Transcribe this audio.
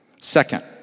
Second